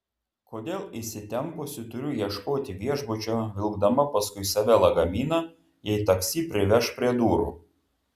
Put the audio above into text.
kodėl įsitempusi turiu ieškoti viešbučio vilkdama paskui save lagaminą jei taksi priveš prie durų